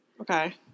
Okay